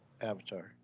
Avatar